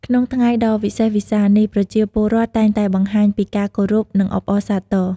ក្នុង ថ្ងៃដ៏វិសេសវិសាល នេះ ប្រជាពលរដ្ឋ តែងតែបង្ហាញពី ការគោរព និង អបអរសាទរ។